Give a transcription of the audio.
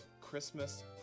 Christmas